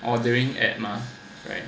ordering app mah right